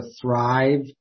thrive